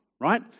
right